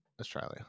Australia